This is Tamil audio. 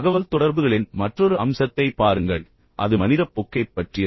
தகவல்தொடர்புகளின் மற்றொரு அம்சத்தைப் பாருங்கள் அது மனிதப் போக்கைப் பற்றியது